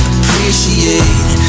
Appreciate